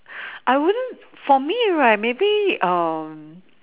I wouldn't for me right maybe um